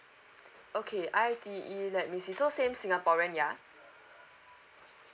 okay I_T_E let me see so same singaporean yeah